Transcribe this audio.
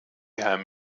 herrn